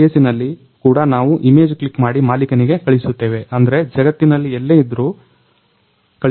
ಆ ಕೇಸಿನಲ್ಲಿ ಕೂಡ ನಾವು ಇಮೇಜ್ ಕ್ಲಿಕ್ ಮಾಡಿ ಮಾಲಿಕನಿಗೆ ಕಳಿಸುತ್ತೇವೆ ಅಂದ್ರೆ ಜಗತ್ತಿನಲ್ಲಿ ಎಲ್ಲೆ ಇದ್ರು